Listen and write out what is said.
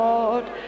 Lord